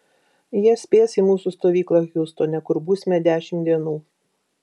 jie spės į mūsų stovyklą hjustone kur būsime dešimt dienų